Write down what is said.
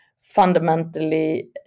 fundamentally